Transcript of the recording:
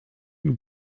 den